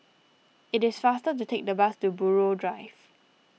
it is faster to take the bus to Buroh Drive